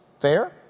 Fair